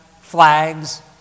flags